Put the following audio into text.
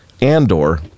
Andor